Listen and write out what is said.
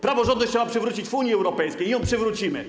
Praworządność trzeba przywrócić w Unii Europejskiej i ją przywrócimy.